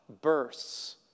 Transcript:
bursts